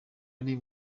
ari